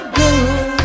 good